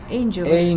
angels